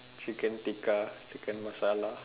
chicken tikka chicken Masala